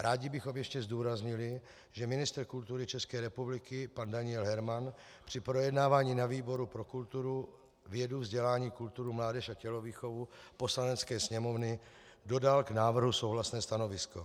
Rádi bychom ještě zdůraznili, že ministr kultury České republiky pan Daniel Herman při projednávání na výboru pro vědu, vzdělání, kulturu, mládež a tělovýchovu Poslanecké sněmovny dodal k návrhu souhlasné stanovisko.